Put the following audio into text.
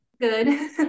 Good